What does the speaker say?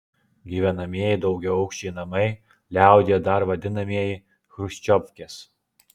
gyvenamieji daugiaaukščiai namai liaudyje dar vadinamieji chruščiovkės